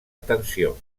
atenció